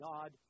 God